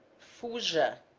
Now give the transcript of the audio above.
fuja.